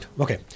Okay